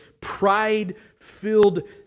pride-filled